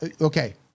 okay